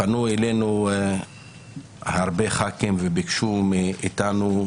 פנו אלינו הרבה ח"כים, וביקשו מאתנו,